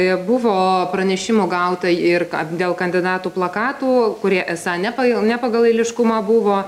buvo pranešimų gauta ir dėl kandidatų plakatų kurie esą ne pagal ne pagal eiliškumą buvo